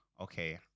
okay